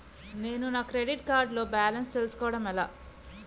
నేను నా credit card లో బాలన్స్ తెలుసుకోవడం ఎలా?